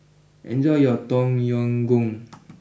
enjoy your Tom Yam Goong